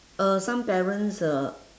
uh some parents uh